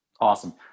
Awesome